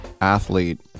Athlete